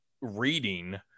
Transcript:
reading